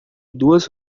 duas